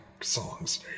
songs